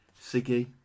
Siggy